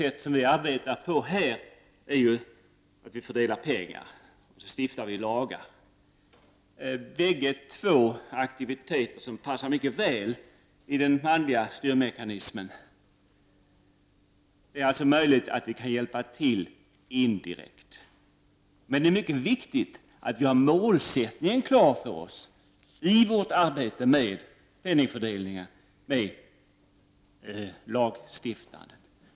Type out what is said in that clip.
Det sätt på vilket vi här arbetar är att vi fördelar pengar och stiftar lagar. Dessa bägge två aktiviteter passar mycket väl till den manliga styrmekanismen. Det är alltså möjligt att vi kan hjälpa till indirekt. Men det är mycket viktigt att vi har målsättningen klar för oss i vårt arbete med penningfördelning och lagstiftande.